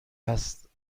است